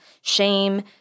shame